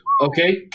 Okay